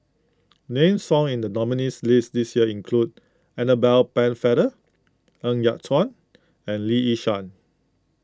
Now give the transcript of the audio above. names found in the nominees' list this year include Annabel Pennefather Ng Yat Chuan and Lee Yi Shyan